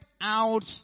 out